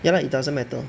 ya lah it doesn't matter